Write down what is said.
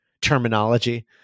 terminology